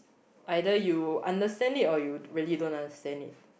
either you understand it or you really don't understand it